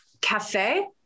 Cafe